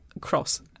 cross